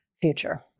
future